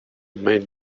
made